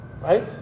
Right